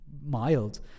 mild